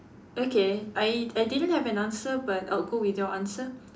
okay I I didn't have an answer but I'll go with your answer